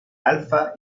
alfa